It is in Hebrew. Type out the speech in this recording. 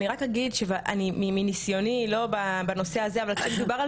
אני רק אגיד שמנסיוני לא בנושא הזה אבל כשמדובר על